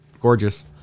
gorgeous